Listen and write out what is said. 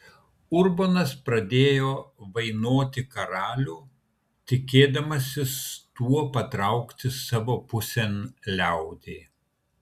urbonas pradėjo vainoti karalių tikėdamasis tuo patraukti savo pusėn liaudį